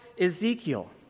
Ezekiel